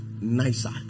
nicer